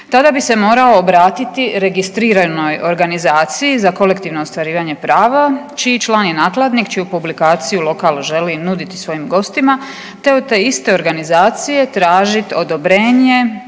tada bi se morao obratiti registriranoj organizaciji za kolektivno ostvarivanje prava čiji član je nakladnik čiju publikaciju lokal želi nuditi svojim gostima, te od te iste organizacije tražit odobrenje